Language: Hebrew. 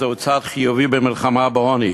זהו צעד חיובי במלחמה בעוני,